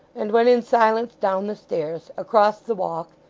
and went in silence down the stairs, across the walk,